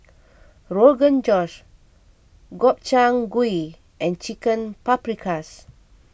Rogan Josh Gobchang Gui and Chicken Paprikas